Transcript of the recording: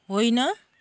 होइन